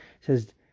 says